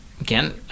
Again